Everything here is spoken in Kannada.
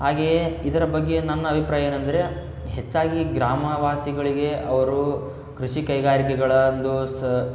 ಹಾಗೆಯೇ ಇದರ ಬಗ್ಗೆ ನನ್ನ ಅಭಿಪ್ರಾಯ ಏನಂದರೆ ಹೆಚ್ಚಾಗಿ ಗ್ರಾಮವಾಸಿಗಳಿಗೆ ಅವರು ಕೃಷಿ ಕೈಗಾರಿಕೆಗಳಂದು ಸಹ